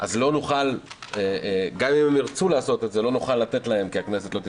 גם הם אם ירצו לעשות את זה לא נוכל לתת להם כי הכנסת לא תתפקד.